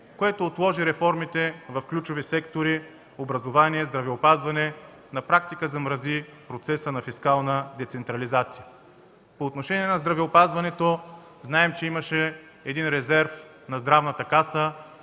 Това отложи реформите в ключови сектори „Образование” и „Здравеопазване” и на практика замрази процеса на фискална децентрализация. По отношение на здравеопазването знаем, че имаше един резерв на Здравната каса,